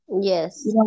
Yes